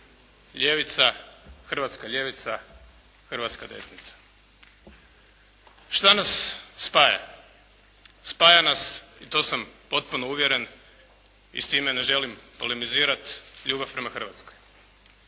ljevica, hrvatska ljevica, hrvatska desnica. Šta nas spaja? Spaja nas i to sam potpuno uvjeren i s time ne želim polemizirati, ljubav prema Hrvatskoj.